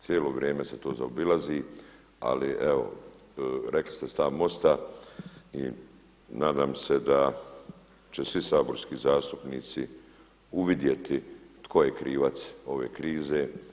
Cijelo vrijeme se to zaobilazi, ali evo rekli ste stav MOST-a i nadam se da će svi saborski zastupnici uvidjeti tko je krivac ove krize.